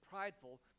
prideful